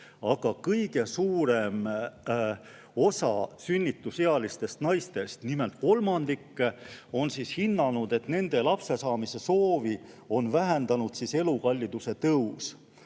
Aga kõige suurem osa sünnitusealistest naistest, nimelt kolmandik, on hinnanud, et nende lapsesaamise soovi on vähendanud elukalliduse tõus.